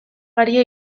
garia